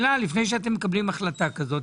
לפני שאתם מקבלים החלטה כזו,